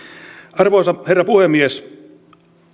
arvoisa herra puhemies